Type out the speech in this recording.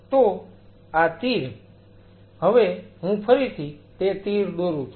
તો આ તીર હવે હું ફરીથી તે તીર દોરું છું